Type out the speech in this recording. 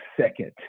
second